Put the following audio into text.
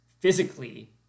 Physically